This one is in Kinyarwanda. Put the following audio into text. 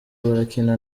barakina